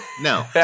No